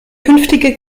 künftige